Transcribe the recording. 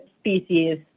species